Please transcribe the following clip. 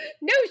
No